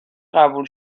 قبول